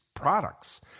products